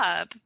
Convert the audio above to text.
up